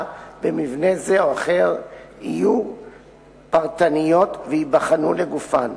במבנה זה או אחר יהיו פרטניות וייבחנו לגופן,